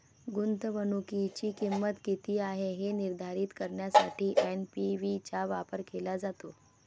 गुंतवणुकीची किंमत किती आहे हे निर्धारित करण्यासाठी एन.पी.वी चा वापर केला जातो